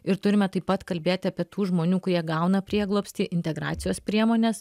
ir turime taip pat kalbėti apie tų žmonių kurie gauna prieglobstį integracijos priemones